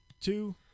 two